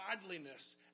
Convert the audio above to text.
godliness